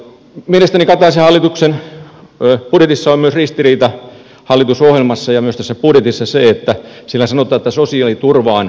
mielestäni kataisen hallituksen budjetissa on myös ristiriita hallitusohjelmassa ja myös tässä budjetissa se että siinä sanotaan että sosiaaliturvaan ei kosketa